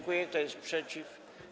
Kto jest przeciw?